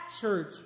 church